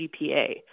GPA